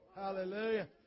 Hallelujah